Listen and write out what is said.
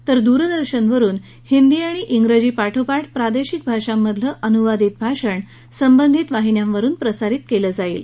तर द्रदर्शनवरून हिंदी आणि इंग्रजीपाठोपाठ प्रादेशिक भाषांमधलं अनुवादित भाषण संबंधित प्रादेशिक वाहिन्यांवरून प्रसारित केलं जाईल